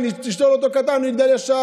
אם תשתול אותו קטן, הוא יגדל ישר.